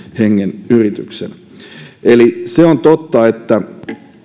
hengen yrityksen se on totta että